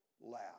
laugh